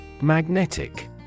Magnetic